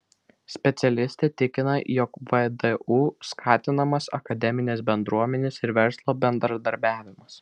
specialistė tikina jog vdu skatinamas akademinės bendruomenės ir verslo bendradarbiavimas